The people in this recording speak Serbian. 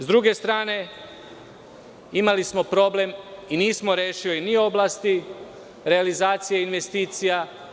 S druge strane, imali smo problem i nismo rešili ni u oblasti realizacije investicija.